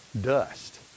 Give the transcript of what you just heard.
dust